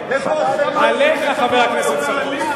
עליך, חבר הכנסת חסון.